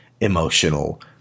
emotional